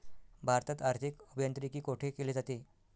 भारतात आर्थिक अभियांत्रिकी कोठे केले जाते?